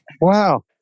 Wow